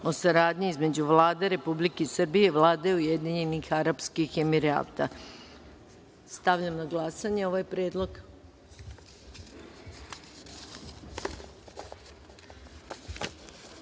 o saradnji između Vlade Republike Srbije i Vlade Ujedinjenih Arapskih Emirata. Stavljam na glasanje ovaj